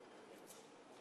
יושב-ראש